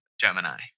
Gemini